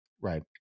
right